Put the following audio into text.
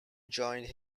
joined